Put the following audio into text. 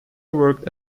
worked